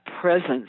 presence